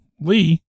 Lee